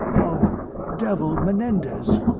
of devil menendez.